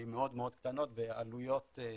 מאוד מאוד קטנות, בעלויות בסיס,